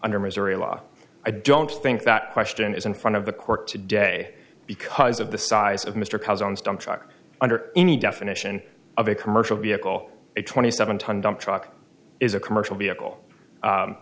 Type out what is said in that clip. under missouri law i don't think that question is in front of the court today because of the size of mr cousins dumptruck under any definition of a commercial vehicle a twenty seven ton dump truck is a commercial vehicle